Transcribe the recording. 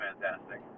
fantastic